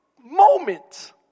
moment